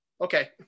Okay